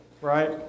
right